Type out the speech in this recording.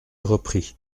repris